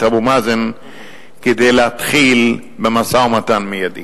אבו מאזן כדי להתחיל במשא-ומתן מיידי.